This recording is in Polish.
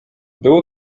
było